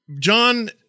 John